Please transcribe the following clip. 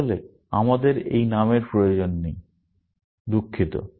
আসলে আমাদের এই নামের প্রয়োজন নেই দুঃখিত